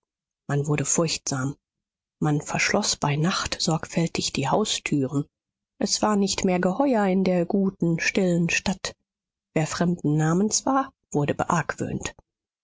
man wurde furchtsam man verschloß bei nacht sorgfältig die haustüren es war nicht mehr geheuer in der guten stillen stadt wer fremden namens war wurde